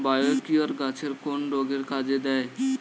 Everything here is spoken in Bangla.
বায়োকিওর গাছের কোন রোগে কাজেদেয়?